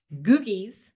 Googies